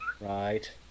Right